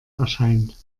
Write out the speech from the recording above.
erscheint